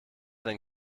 den